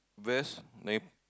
vest